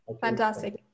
fantastic